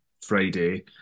Friday